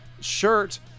shirt